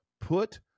put